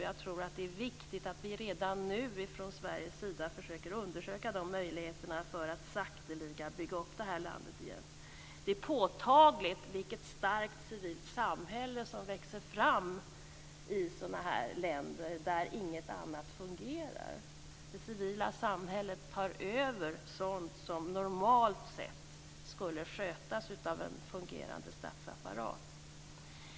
Jag tror att det är viktigt att vi redan nu från Sveriges sida försöker undersöka möjligheterna att sakteliga bygga upp landet igen. Det är påtagligt vilket starkt civilt samhälle som växer fram i sådana här länder där inget annat fungerar. Det civila samhället tar över sådant som normalt sätt skulle skötas av en fungerande statsapparat.